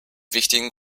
wichtigen